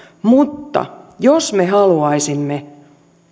mutta jos me haluaisimme